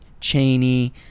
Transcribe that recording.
cheney